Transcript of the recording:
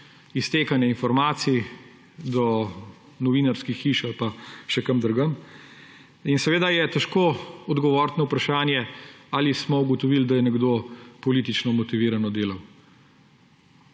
iztekanje informacij do novinarskih hiš ali pa še kam drugam. Seveda je težko odgovoriti na vprašanje, ali smo ugotovili, da je nekdo politično motivirano delal.